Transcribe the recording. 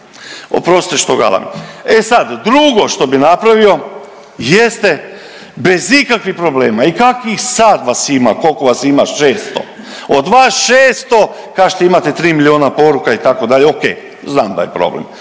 E sad, drugo što bi napravio jeste bez ikakvih problema i kakvih sad vas ima, koliko vas ima, 600, od vaš 600, kažete imate 3 milijuna poruka, itd., okej, znam da je problem,